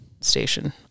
station